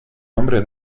nombre